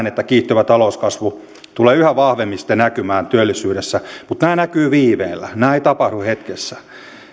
että kiihtyvä talouskasvu tulee yhä vahvemmin sitten näkymään työllisyydessä mutta nämä näkyvät viiveellä nämä eivät tapahdu hetkessä